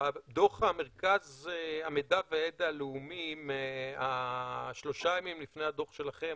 בדוח מרכז המידע והידע הלאומי משלושה ימים לפני הדוח שלכם,